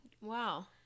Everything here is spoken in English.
Wow